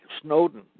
Snowden